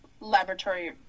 laboratory